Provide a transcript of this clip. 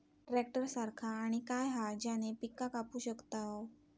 Tractor सारखा आणि काय हा ज्याने पीका कापू शकताव?